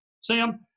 Sam